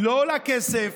היא לא עולה כסף.